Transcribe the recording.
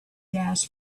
gas